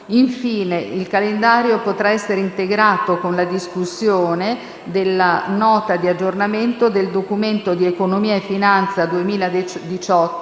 Infine, il calendario potrà essere integrato con la discussione della Nota di aggiornamento del Documento di economia e finanza 2018,